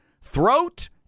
throat